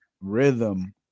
rhythm